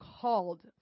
called